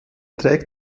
trägt